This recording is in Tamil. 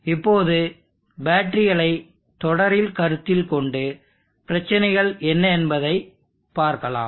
இப்போது பேட்டரிகளை தொடரில் கருத்தில் கொண்டு பிரச்சினைகள் என்ன என்பதைப் பார்க்கலாம்